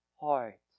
heart